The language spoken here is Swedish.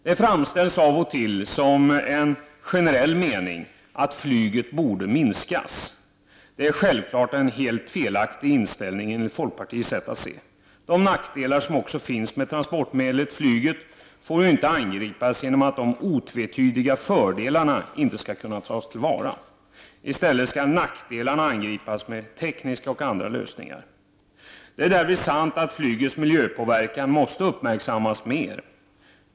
Det framställs av och till som en generell mening att flyget borde minskas. Det är självfallet en helt felaktig inställning, enligt folkpartiets sätt att se. De nackdelar som finns med transportmedlet flyg får ju inte angripas på så sätt att de otvetydiga fördelarna inte skall kunna tas till vara. I stället skall nackdelarna angripas med tekniska och andra lösningar. Det är sant att flygets miljöpåverkan måste uppmärksammas mer.